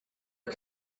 che